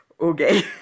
Okay